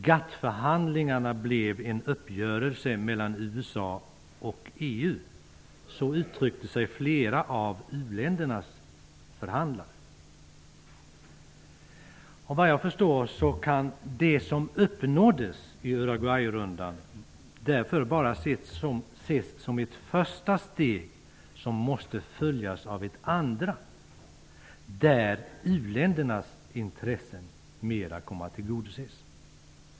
GATT-förhandlingarna blev en uppgörelse mellan USA och EU. Så uttryckte sig flera av u-ländernas förhandlare. Såvitt jag förstår kan det som uppnåddes i Uruguayrundan därför bara ses som ett första steg som måste följas av ett andra där u-ländernas intressen mera kommer att tillgodoses.